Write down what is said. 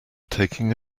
taking